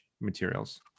materials